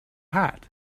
hat